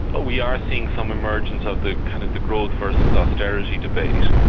we are seeing some emergence of the kind of the growth versus austerity debate.